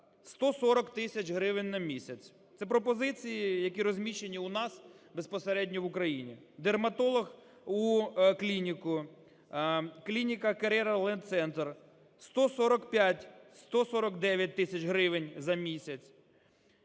140 тисяч гривень на місяць. Це пропозиції, які розміщені у нас, безпосередньо в Україні. Дерматолог у клініку, клінікаCareer Land Center – 145-149 тисяч гривень за місяць;